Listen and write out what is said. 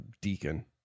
deacon